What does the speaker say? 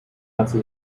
unto